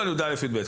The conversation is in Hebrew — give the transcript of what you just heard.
או על כיתות י"א-י"ב?